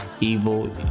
evil